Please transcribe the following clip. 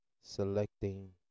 selecting